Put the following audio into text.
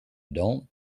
don’t